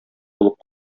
булып